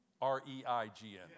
R-E-I-G-N